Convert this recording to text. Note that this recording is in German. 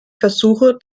versuche